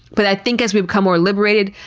but i think as we become more liberated,